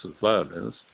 violence